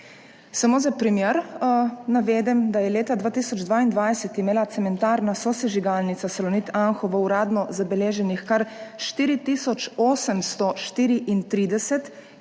Samo za primer navedem, da je leta 2022 imela cementarna-sosežigalnica Salonit Anhovo uradno zabeleženih kar 4 tisoč